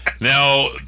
now